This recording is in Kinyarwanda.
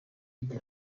igira